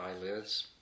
eyelids